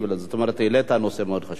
כלומר העלית נושא מאוד חשוב.